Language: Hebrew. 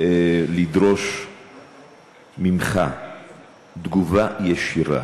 לדרוש ממך תגובה ישירה